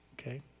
Okay